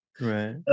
Right